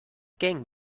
gang